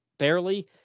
Barely